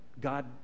God